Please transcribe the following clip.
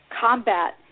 combat